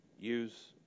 Use